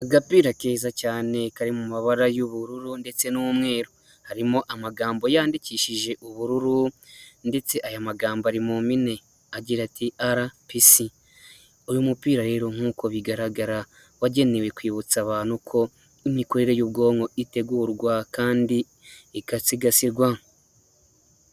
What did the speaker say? Agapira keza cyane kari mu mabara y'ubururu ndetse n'umweru, harimo amagambo yandikishije ubururu ndetse aya magambo ari mu mpine agira ati rps uyu mupira rero nk'uko bigaragara wagenewe kwibutsa abantu ko imikorere y'ubwonko itegurwa kandi igasigasirwa.